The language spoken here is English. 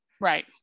Right